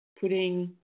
putting